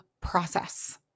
process